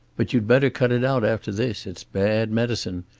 but you'd better cut it out after this. it's bad medicine.